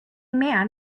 man